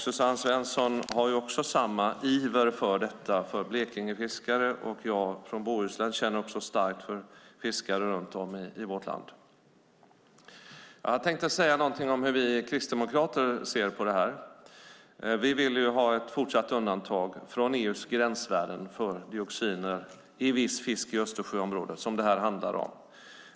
Suzanne Svensson har samma iver för detta för Blekingefiskare, och jag från Bohuslän känner också starkt för fiskare runt om i vårt land. Jag tänkte säga någonting om hur vi kristdemokrater ser på det här. Vi ville ju ha ett fortsatt undantag från EU:s gränsvärden för dioxiner i viss fisk i Östersjöområdet, som det här handlar om.